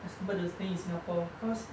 as compared to stay in singapore cause